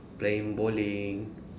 playing bowling